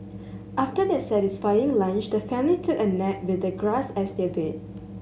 after their satisfying lunch the family took a nap with the grass as their bed